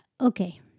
Okay